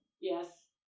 Yes